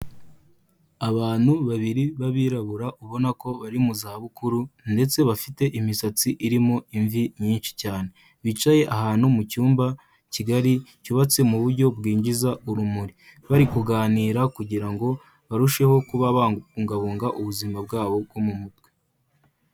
Abantu babiri b'abirabura ubona ko bari mu zabukuru ndetse bafite imisatsi irimo imvi nyinshi cyane, bicaye ahantu mu cyumba kigari cyubatse mu buryo bwinjiza urumuri, bari kuganira kugira ngo barusheho kuba babungabunga ubuzima bwabo bwo mu mutwe.